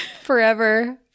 Forever